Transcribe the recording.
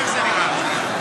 איך זה נראה לך?